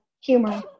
humor